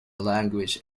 language